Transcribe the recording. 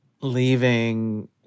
leaving